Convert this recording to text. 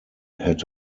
had